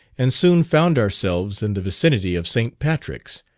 and soon found ourselves in the vicinity of st. patrick's,